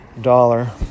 dollar